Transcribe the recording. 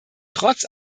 trotz